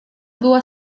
była